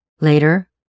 Later